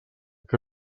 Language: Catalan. que